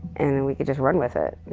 and then we can just run with it. you